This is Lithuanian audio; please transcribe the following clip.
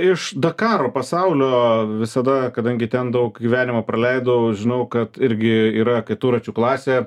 iš dakaro pasaulio visada kadangi ten daug gyvenimo praleidau žinau kad irgi yra keturračių klasė